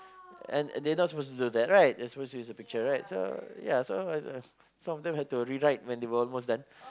and they are not supposed to do that right they are supposed to use the picture right so ya so some of them have to rewrite when they are almost done